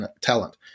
talent